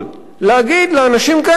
להגיד לאנשים כאלה,